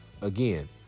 Again